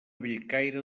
bellcaire